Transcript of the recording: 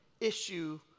issue